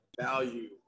value